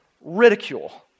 ridicule